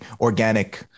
organic